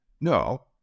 no